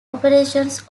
operations